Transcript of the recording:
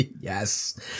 Yes